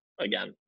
again